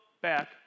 back